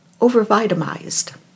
over-vitamized